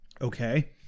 Okay